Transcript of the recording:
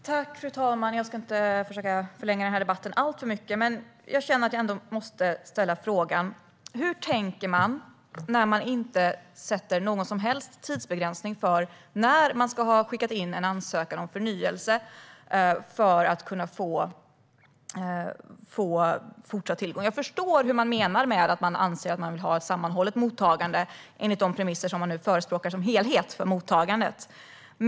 Fru talman! Jag ska inte förlänga debatten alltför mycket. Men jag känner att jag ändå måste ställa frågan: Hur tänker man när man inte sätter någon som helst tidsbegränsning för när en person ska ha skickat in en ansökan om förnyelse för att kunna få fortsatt tillgång? Jag förstår att man anser att man vill ha ett sammanhållet mottagande enligt de premisser som man förespråkar som helhet för mottagandet.